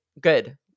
good